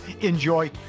Enjoy